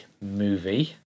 movie